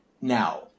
Now